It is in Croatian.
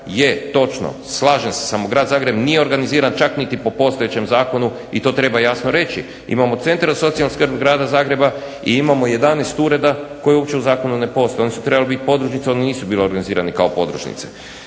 Je, točno slažem se. Samo Grad Zagreb nije organiziran čak niti po postojećem zakonu i to treba jasno reći. Imamo Centar socijalne skrbi Grada Zagreba i imamo 11 ureda koji uopće u zakonu ne postoje, oni su trebali biti podružnica oni nisu bili organizirani kao podružnice.